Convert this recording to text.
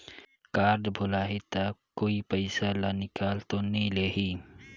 Card भुलाही ता कोई पईसा ला निकाल तो नि लेही?